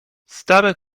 stare